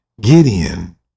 Gideon